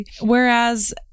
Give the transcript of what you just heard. Whereas